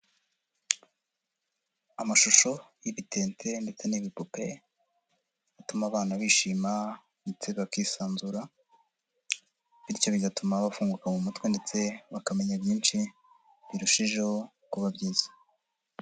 Amashusho y'ibitente ndetse n'ibipupe atuma abana bishima ndetse bakisanzura, bityo bigatuma bafunguka mu mutwe ndetse bakamenya byinshi birushijeho kuba byiza.